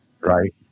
right